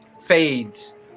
fades